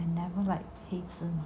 I never like 黑芝麻